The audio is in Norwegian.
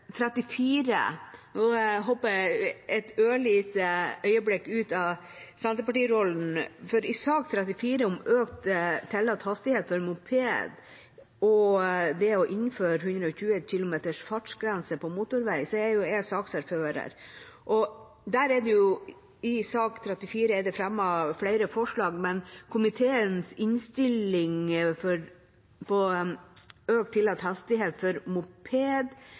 34 – og nå hopper jeg et ørlite øyeblikk ut av Senterparti-rollen, for der er jeg saksordfører – om økt tillatt hastighet for moped og det å innføre fartsgrense på 120 km/t på motorvei er det fremmet flere forslag. Komiteens innstilling om økt tillatt hastighet for moped er at det ikke vedtas, men der er det jo flere forslag,